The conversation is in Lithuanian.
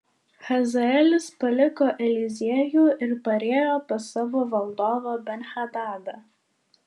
hazaelis paliko eliziejų ir parėjo pas savo valdovą ben hadadą